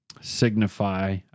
signify